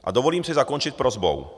A dovolím si zakončit prosbou.